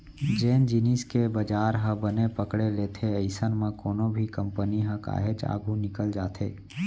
जेन जिनिस के बजार ह बने पकड़े लेथे अइसन म कोनो भी कंपनी ह काहेच आघू निकल जाथे